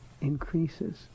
increases